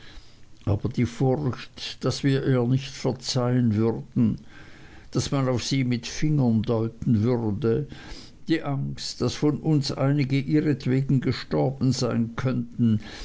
aber die furcht daß wir ihr nicht verzeihen würden daß man auf sie mit fingern deuten würde die angst daß von uns einige ihretwegen gestorben sein könnten